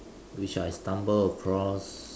which I stumble across